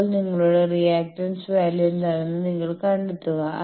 ഇപ്പോൾ നിങ്ങളുടെ reactance value എന്താണെന്ന് നിങ്ങൾ കണ്ടെത്തുക